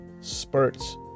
spurts